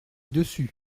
dessus